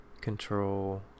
control